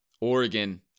Oregon